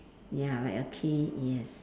ya like a K yes